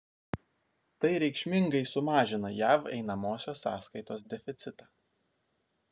tai reikšmingai sumažina jav einamosios sąskaitos deficitą